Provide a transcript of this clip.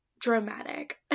dramatic